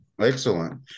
Excellent